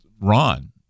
Ron